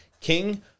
King